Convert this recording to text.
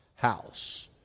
House